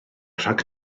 rhag